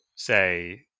say